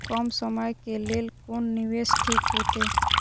कम समय के लेल कोन निवेश ठीक होते?